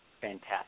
Fantastic